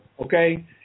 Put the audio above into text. okay